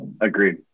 agreed